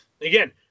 again